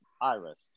Iris